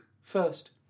first